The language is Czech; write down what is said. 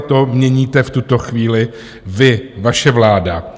To měníte v tuto chvíli vy, vaše vláda.